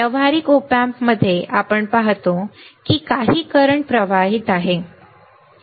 व्यावहारिक ऑप एम्प्समध्ये आपण पाहतो की काही करंट प्रवाहित आहे